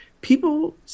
people